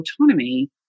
autonomy